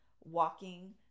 walking